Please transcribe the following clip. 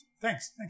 Thanks